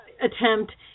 attempt